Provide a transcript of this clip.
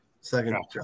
Second